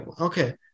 okay